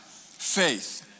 faith